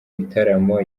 bitaramo